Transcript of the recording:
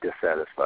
dissatisfied